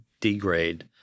degrade